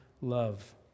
love